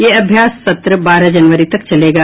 ये अभ्यास सत्र बारह जनवरी तक चलेगा